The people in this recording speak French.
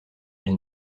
elle